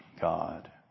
God